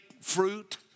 fruit